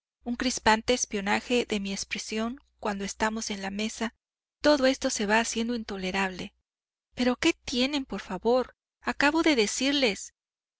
un crispante espionaje de mi expresión cuando estamos en la mesa todo esto se va haciendo intolerable pero qué tienen por favor acabo de decirles